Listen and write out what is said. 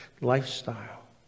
lifestyle